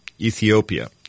Ethiopia